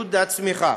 ועידוד הצמיחה.